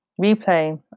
Replay